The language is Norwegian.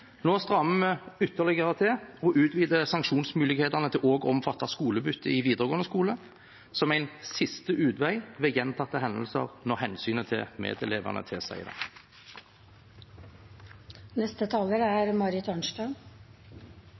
Nå strammer vi ytterligere til og utvider sanksjonsmulighetene til også å omfatte skolebytte i videregående skole – som en siste utvei ved gjentatte hendelser når hensynet til medelevene